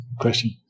Question